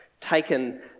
taken